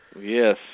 Yes